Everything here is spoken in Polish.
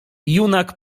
junak